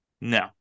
No